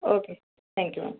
okay thank you